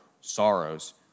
sorrows